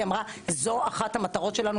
היא אמרה שזו אחת המטרות שלנו,